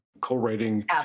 co-writing